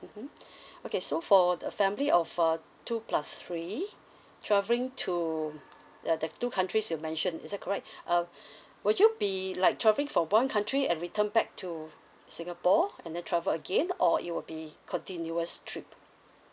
mmhmm okay so for the family of uh two plus three travelling to uh that two countries you mentioned is that right uh would you be like travelling from one country and return back to singapore and then travel again or it will be continuous trip